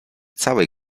całej